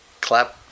clap